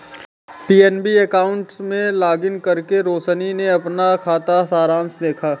PNB account में login करके रोशनी ने अपना खाता सारांश देखा